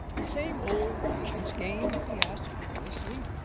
the same old patience-game? he asked carelessly.